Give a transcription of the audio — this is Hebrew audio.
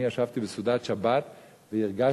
אני ישבתי בסעודת שבת והרגשתי,